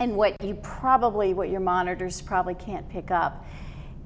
and what you probably what your monitors probably can't pick up